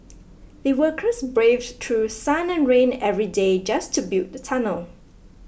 the workers braved through sun and rain every day just to build the tunnel